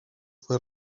fue